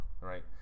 right